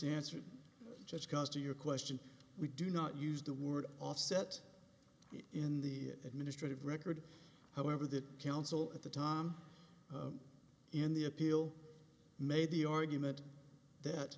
answer it just goes to your question we do not use the word offset in the administrative record however the council at the time in the appeal made the argument that